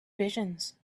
visions